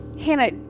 Hannah